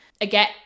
Again